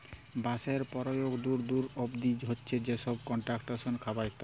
বাঁশের পরয়োগ দূর দূর অব্দি হছে যেমল কলস্ট্রাকশলে, খাবারে ইত্যাদি